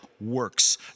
works